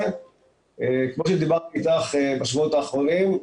כמו שדיברתי אתך בשבועות האחרונים,